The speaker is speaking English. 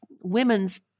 women's